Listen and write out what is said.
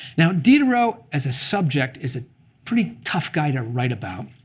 now, diderot as a subject is a pretty tough guy to write about.